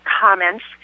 comments